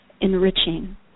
enriching